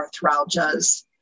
arthralgias